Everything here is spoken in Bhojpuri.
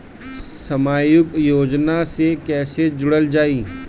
समाजिक योजना से कैसे जुड़ल जाइ?